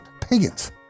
pagans